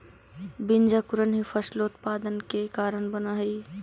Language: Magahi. बीजांकुरण ही फसलोत्पादन के कारण बनऽ हइ